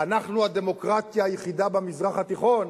אנחנו הדמוקרטיה היחידה במזרח התיכון,